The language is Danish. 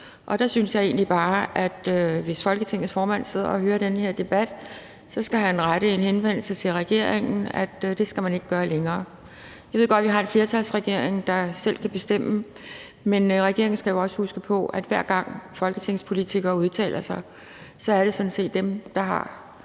Der synes jeg egentlig bare, at hvis Folketingets formand sidder og hører den her debat, skal han rette en henvendelse til regeringen om, at det skal man ikke gøre længere. Jeg ved godt, vi har en flertalsregering, der selv kan bestemme, men regeringen skal jo også huske på, at hver gang folketingspolitikere udtaler sig, er det sådan set dem, der har